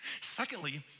Secondly